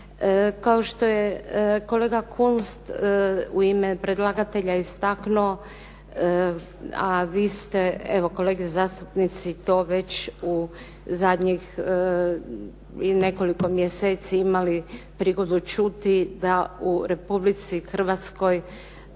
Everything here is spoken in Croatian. Kao što je kolega Kunst u ime predlagatelja istaknuo, a vi ste evo kolege zastupnici to već u zadnjih nekoliko mjeseci imali prigodu čuti da u Republici Hrvatskoj